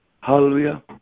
Hallelujah